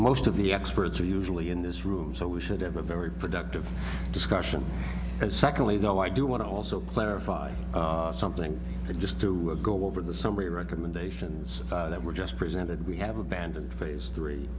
most of the experts are usually in this room so we should have a very productive discussion secondly though i do want to also player by something just to go over the summary recommendations that were just presented we have abandoned phase three